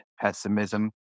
pessimism